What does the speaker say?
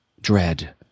dread